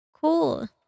Cool